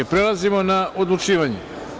Prelazimo na odlučivanje.